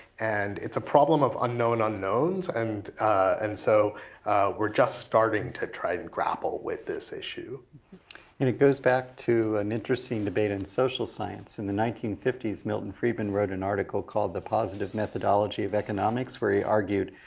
and it's a problem of unknown unknowns and and so we're just starting to try and grapple with this issue. and it goes back to an interesting debate in social science. in the nineteen fifty s, milton friedman wrote an article called the positive methodology of economics. where he argued,